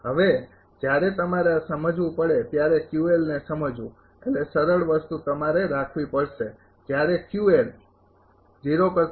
હવે જ્યારે તમારે આ સમજવું પડે ત્યારે ને સમજવું એટલે સરળ વસ્તુ તમારે રાખવી પડશે